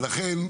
ולכן,